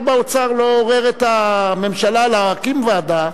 אף אחד באוצר לא עורר את הממשלה להקים ועדה,